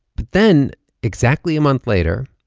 but then exactly a month later,